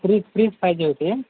fridge fridge पाहिजे होते